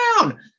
down